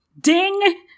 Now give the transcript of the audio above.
Ding